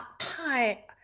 Hi